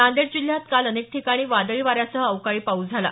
नांदेड जिल्ह्यात काल अनेक ठिकाणी वादळी वाऱ्यासह अवकाळी पाऊस झाला